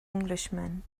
englishman